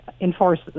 enforce